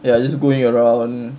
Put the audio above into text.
ya just going around